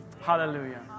Hallelujah